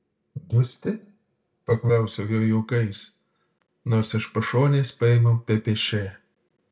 dusti paklausiau jo juokais nors iš pašonės paėmiau ppš